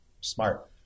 Smart